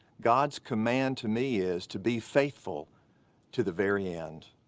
god's command to me is to be faithful to the very end.